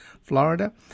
Florida